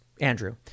Andrew